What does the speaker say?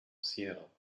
seattle